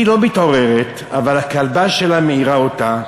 היא לא מתעוררת, אבל הכלבה שלה מעירה אותה,